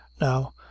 now